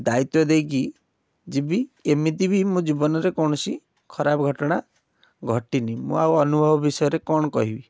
ଦାୟିତ୍ୱ ଦେଇକି ଯିବି ଏମିତି ବି ମୋ ଜୀବନରେ କୌଣସି ଖରାପ ଘଟଣା ଘଟିନି ମୁଁ ଆଉ ଅନୁଭବ ବିଷୟରେ କ'ଣ କହିବି